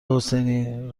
حسینی